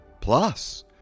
Plus